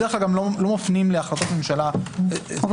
בדרך כלל גם לא מפנים להחלטות ממשלה -- אבל